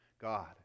God